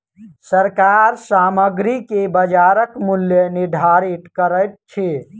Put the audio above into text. सरकार सामग्री के बजारक मूल्य निर्धारित करैत अछि